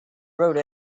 wrote